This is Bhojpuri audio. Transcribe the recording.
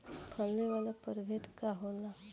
फैले वाला प्रभेद का होला?